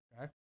okay